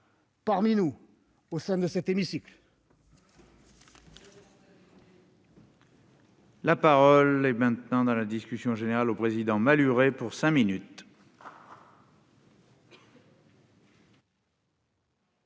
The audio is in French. parmi nous, au sein de cet hémicycle.